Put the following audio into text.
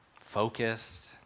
focused